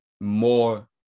more